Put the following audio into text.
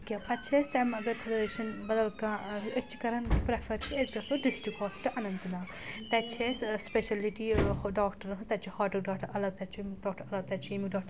کینٛہہ پَتہٕ چھِ أسۍ تَمہِ اگر مطلب کانٛہہ أسۍ چھِ کرَان پرٛیفَر کہِ أسۍ گژھَو ڈِسٹرَک ہاسپِٹَل اننت ناگ تَتہِ چھِ أسۍ سٕپیشَلٹی ڈاکٹر ہٕنٛز تَتہِ چھِ ہاٹُک ڈاکٹر الگ تَتہِ چھِ ڈاکٹر الگ تَتہِ چھِ یِمو ڈاکٹر